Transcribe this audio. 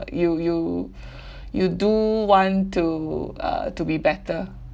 you you you do want to uh to be better